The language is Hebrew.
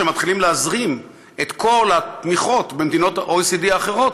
כשמתחילים להזרים את כל התמיכות במדינות ה-OECD האחרות,